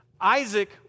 Isaac